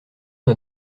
n’a